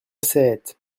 sept